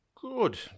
good